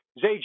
Zay